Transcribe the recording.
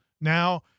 now